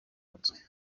udasanzwe